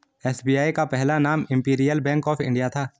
SBI का पहला नाम इम्पीरीअल बैंक ऑफ इंडिया था